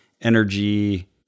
energy